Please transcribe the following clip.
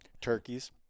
Turkeys